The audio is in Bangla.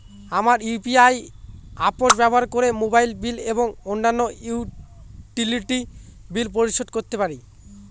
আমরা ইউ.পি.আই অ্যাপস ব্যবহার করে মোবাইল বিল এবং অন্যান্য ইউটিলিটি বিল পরিশোধ করতে পারি